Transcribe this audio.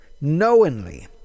knowingly